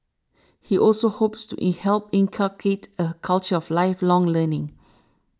he also hopes to eat help inculcate a culture of lifelong learning